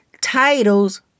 titles